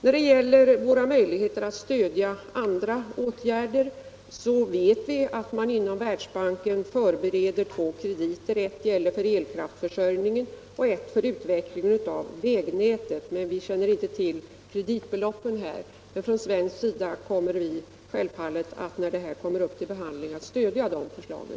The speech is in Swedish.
Vad det gäller våra möjligheter att stödja andra åtgärder vet vi att man inom Världsbanken förbereder två krediter; den ena gäller elkraftförsörjningen och den andra utvecklingen av vägnätet. Men vi känner inte till kreditbeloppen. Från svensk sida kommer vi självfallet, då detta tas upp till behandling, att stödja de förslagen.